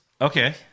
Okay